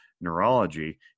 Neurology